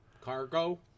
Cargo